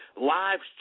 Lives